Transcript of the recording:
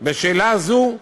בשאלה הזו,